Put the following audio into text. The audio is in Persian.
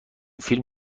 فیلم